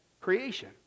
creation